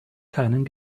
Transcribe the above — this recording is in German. keinen